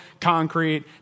concrete